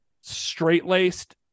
straight-laced